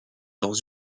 dans